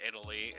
italy